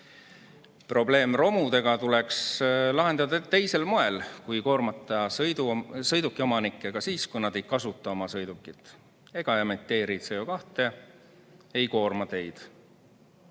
Probleem romudega tuleks lahendada teisel moel kui koormata sõidukiomanikke ka siis, kui nad ei kasuta oma sõidukit, ei emiteeri CO2ega koorma teid.